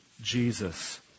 Jesus